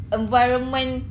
environment